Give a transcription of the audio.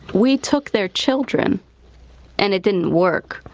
we took their children and it didn't work.